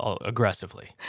aggressively